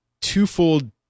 twofold